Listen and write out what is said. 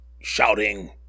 shouting